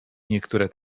niektóre